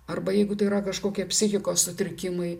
arba jeigu tai yra kažkokie psichikos sutrikimai